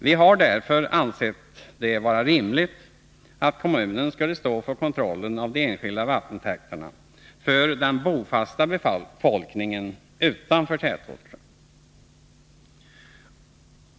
Vi har därför ansett det vara rimligt att kommunen skulle stå för kontrollen av de enskilda vattentäkterna för den bofasta befolkningen utanför tätorterna.